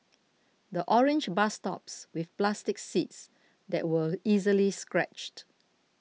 the orange bus stops with plastic seats that were easily scratched